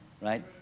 Right